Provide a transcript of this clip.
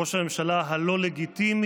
ראש הממשלה הלא-לגיטימי?